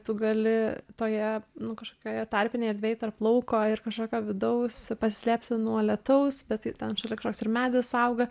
tu gali toje nu kažkokioje tarpinėje erdvėj tarp lauko ir kažkokio vidaus pasislėpti nuo lietaus bet ten yra kažkoks ir medis auga